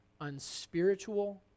unspiritual